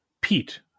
Pete